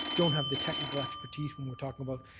don't have the technical expertise when we're talking about